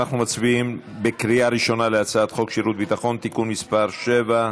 אנחנו מצביעים בקריאה ראשונה על הצעת חוק שירות ביטחון (תיקון מס' 7)